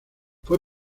fue